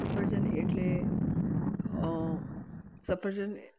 સફરજન એટલે સફરજન